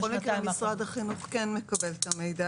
משרד החינוך כן מקבל את המידע.